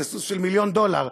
זה סוס של מיליון דולר.